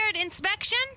inspection